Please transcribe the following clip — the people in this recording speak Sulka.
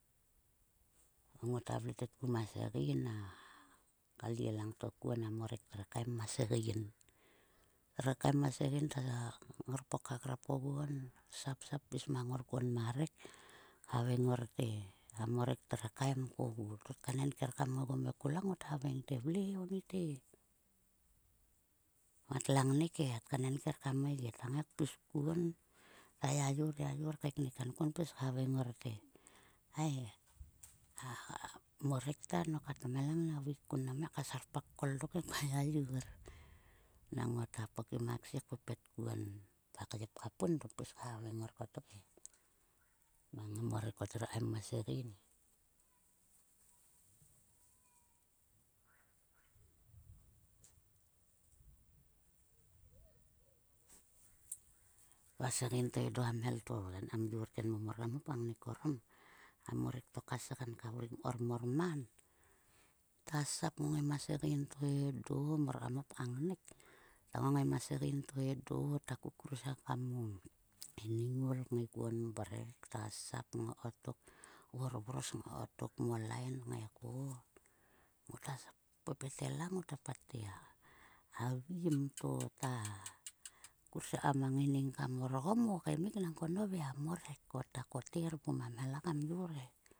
Ngota vle tetku ma segein. A kalyie langto kuon a morek tve kmeme ma segein. Tre kmem ma segain ta ngorpok ka grap oguon. Sapsap pis mang ngor kuon marek haveing ngor te a morek tve kmem ma segein. Tkeinenker kam grap oguom vekulak. Ngot haveng te, "vle he onut he." Va ha ngnek e tkaenenker kam ngai ge. Ta ngai kpis kuon. Ta yayor yayor kaeknuk kpis kankuon kpis haveng ngor te. Hai a morek ta nok a tomhelang ta veik kun mnam he ka serpak tkol dok he kua yayor. Nang ngota pokim a ksie kpepet kuon pa kyep ka pun. Tpis khaveng ngor kottok he mang a morek tre kmem ma segein he. Ma segein to edo a mhel to kam yor tenmo mor kam mor man ta sap kngai ma segein to edo mor kam hop ka ngnek. Ta ngongei ma segein to edo ta kukursekam o iningol kngai kuon mrek. Ta sap kngai kottok, vorvros ngai kottok mo lain ngai ko. Ngota sap pepetela patte a vim to ta kursie kam a ngaining kam rgom o kaem. nangko nove a morek ta kotev pum a mhelang kam yor he.